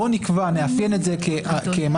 בוא נקבע, נאפיין את זה כמשהו.